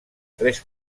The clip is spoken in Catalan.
tres